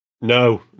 No